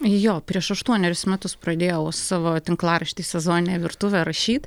jo prieš aštuonerius metus pradėjau savo tinklaraštį sezoninė virtuvė rašyt